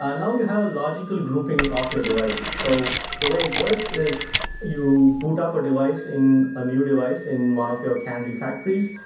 ah and um you have a logical grouping of your devices, so the way it works is you put up a device in a new device in one of your candy factories,